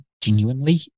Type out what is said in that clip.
genuinely